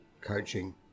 coaching